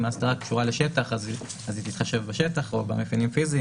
אם האסדרה קשורה לשטח היא תתחשב בשטח או במאפיינים פיזיים,